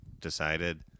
decided